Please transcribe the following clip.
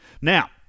Now